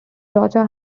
rocha